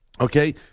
okay